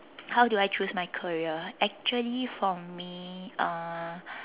how do I choose my career actually for me uh